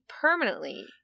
permanently